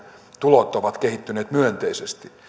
tulot ovat kehittyneet myönteisesti